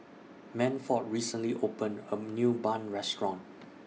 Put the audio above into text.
M J C Sat Safti and NITEC